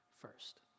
first